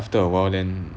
after awhile then